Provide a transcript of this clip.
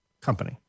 company